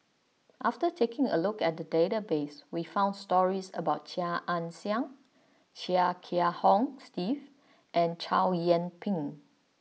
after taking a look at the database we found stories about Chia Ann Siang Chia Kiah Hong Steve and Chow Yian Ping